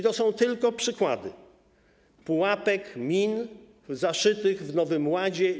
To są tylko przykłady pułapek, min zaszytych w Nowym Ładzie.